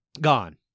Gone